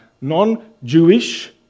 non-Jewish